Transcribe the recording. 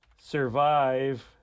survive